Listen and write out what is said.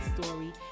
story